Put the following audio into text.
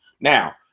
Now